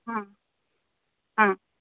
हां हां